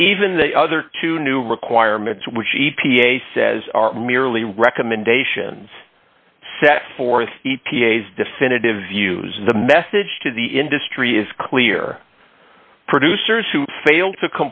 and even the other two new requirements which e t a says are merely recommendations set forth e p a s definitive views the message to the industry is clear producers who failed to